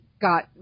got